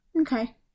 Okay